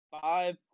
five